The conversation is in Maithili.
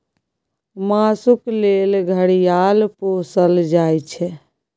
मासुक लेल घड़ियाल पोसल जाइ छै